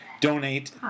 donate